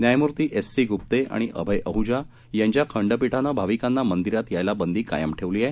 न्यायमूर्ती S C Gupte आणि अभय अहुजा यांच्य खंडपीठानं भाविकांना मंदिरात यायला बंदी कायम ठेवली आहे